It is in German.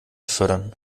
fördern